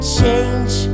change